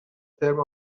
ترم